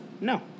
no